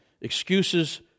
excuses